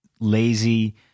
lazy